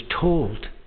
told